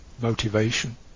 motivation